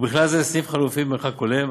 ובכלל זה סניף חלופי במרחק הולם,